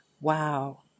Wow